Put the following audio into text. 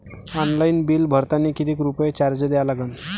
Online bill भरतानी कितीक रुपये चार्ज द्या लागन?